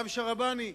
חכם שהרבני,